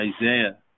Isaiah